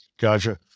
Gotcha